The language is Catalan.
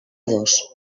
dos